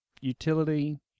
utility